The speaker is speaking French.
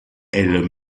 elle